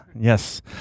Yes